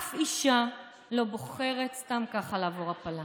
אף אישה לא בוחרת סתם ככה לעבור הפלה.